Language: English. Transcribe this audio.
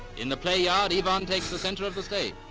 in the play yard, yvonne takes the center of the stage,